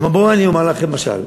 אמר: בואו אני אומר לכם משל.